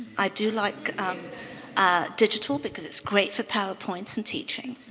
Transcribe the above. i do like digital because it's great for powerpoints and teaching.